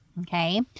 Okay